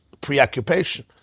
preoccupation